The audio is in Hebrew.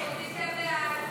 נתקבלה.